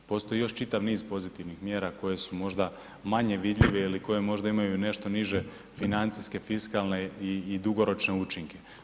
Postoji još čitav niz pozitivnih mjera koje su možda manje vidljive ili koje možda imaju nešto niže financijske, fiskalne i dugoročne učinke.